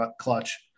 clutch